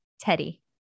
Teddy